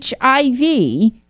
hiv